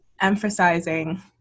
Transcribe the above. emphasizing